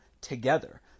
together